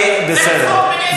בסדר.